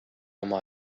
oma